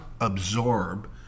absorb